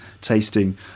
tasting